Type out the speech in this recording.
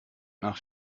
nach